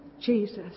Jesus